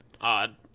odd